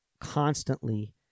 constantly